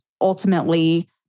ultimately